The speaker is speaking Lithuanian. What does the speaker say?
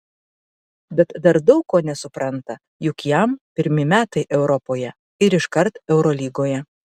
bet dar daug ko nesupranta juk jam pirmi metai europoje ir iškart eurolygoje